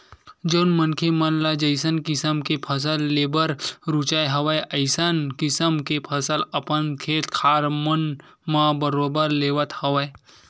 जउन मनखे मन ल जइसन किसम के फसल लेबर रुचत हवय अइसन किसम के फसल अपन खेत खार मन म बरोबर लेवत हवय